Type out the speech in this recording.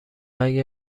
اگه